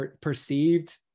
perceived